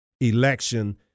election